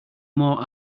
more